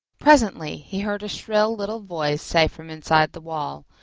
presently he heard a shrill little voice say from inside the wall,